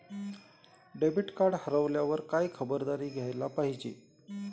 Debit card हरवल्यावर काय खबरदारी घ्यायला पाहिजे?